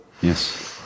Yes